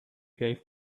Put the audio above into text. gave